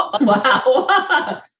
Wow